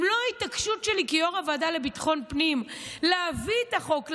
אם לא ההתעקשות שלי כיו"ר הוועדה לביטחון פנים להביא את החוק,